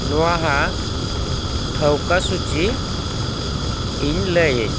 ᱱᱚᱣᱟ ᱦᱟᱸᱜ ᱴᱷᱟᱹᱣᱠᱟᱹ ᱥᱩᱪᱤ ᱤᱧ ᱞᱟᱹᱭᱟᱹᱧ ᱯᱮ